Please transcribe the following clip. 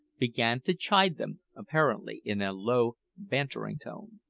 began to chide them, apparently, in a low, bantering tone.